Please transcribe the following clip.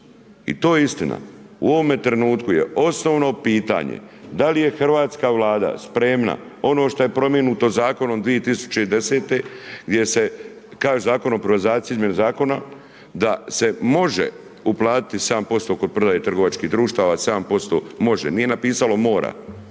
i to je istina. U ovome trenutku je osnovno pitanje da li je hrvatska Vlada spremna ono što je …/Govornik se ne razumije./… zakonom 2010. gdje se kaže Zakon o privatizaciji između zakona da se može uplatiti 7% oko prodaje trgovačkih društava, 7% može, nije napisalo mora.